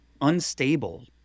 unstable